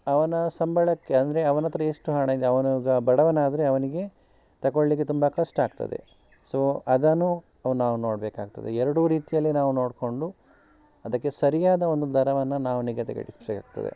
ಅವನ ಸಂಬಳಕ್ಕೆ ಅಂದರೆ ಅವನ ಹತ್ರ ಎಷ್ಟು ಹಣ ಇದೆ ಅವನೀಗ ಬಡವನಾದರೆ ಅವನಿಗೆ ತಗೊಳ್ಳಿಕ್ಕೆ ತುಂಬ ಕಷ್ಟ ಆಗ್ತದೆ ಸೊ ಅದನ್ನು ನಾವು ನೋಡಬೇಕಾಗ್ತದೆ ಎರಡೂ ರೀತಿಯಲ್ಲಿ ನಾವು ನೋಡಿಕೊಂಡು ಅದಕ್ಕೆ ಸರಿಯಾದ ಒಂದು ದರವನ್ನು ನಾವು ನಿಗದಿ ಪಡಿಸಬೇಕಾಗ್ತದೆ